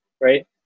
right